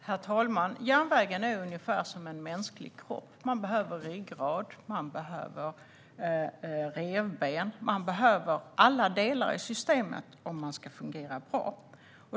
Herr talman! Järnvägen är ungefär som en mänsklig kropp: Man behöver ryggrad, revben och alla delar i systemet om man ska fungera bra.